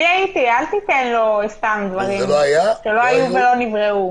הייתי, אז אל תגיד לו דברים שלא היו ולא נבראו.